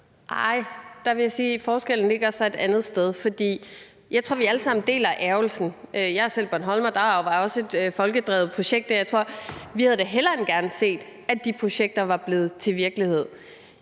Nej, der vil jeg sige, at forskellen så ligger et andet sted. Jeg tror, vi alle sammen deler ærgrelsen. Jeg er selv bornholmer, og der var også et folkedrevet projekt der. Jeg tror da, at vi hellere end gerne havde set, at de projekter var blevet til virkelighed.